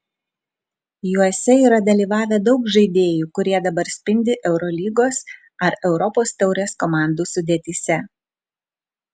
juose yra dalyvavę daug žaidėjų kurie dabar spindi eurolygos ar europos taurės komandų sudėtyse